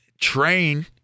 train